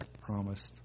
promised